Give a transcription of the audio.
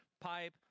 pipe